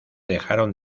dejaron